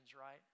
right